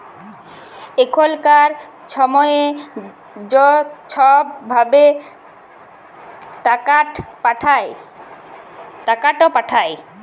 এখলকার ছময়ে য ছব ভাবে টাকাট পাঠায়